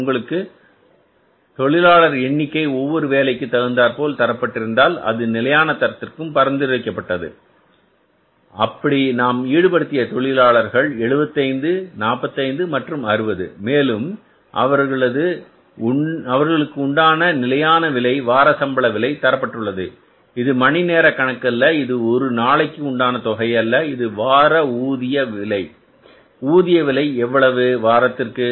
உங்களுக்கு தொழிலாளர் எண்ணிக்கை ஒவ்வொரு வேலைக்கு தகுந்தாற்போல தரப்பட்டிருந்தால் அது நிலையான தரத்திற்கு பரிந்துரைக்கப்பட்டது இருக்கும் அப்படி நாம் ஈடுபடுத்திய தொழிலாளர்கள் 75 45 மற்றும் 60 மேலும் அவர்களுக்கு உண்டான நிலையான விலை வார சம்பள விலை தரப்பட்டுள்ளது இது மணி நேரம் கணக்கு அல்ல இது ஒரு நாளைக்கு உண்டான தொகை அல்ல இது வார ஊதிய விலை ஊதிய விலை எவ்வளவு வாரத்திற்கு